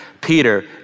Peter